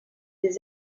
des